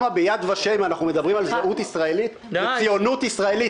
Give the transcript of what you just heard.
אנחנו מדברים על זהות ישראלית וציונות ישראלית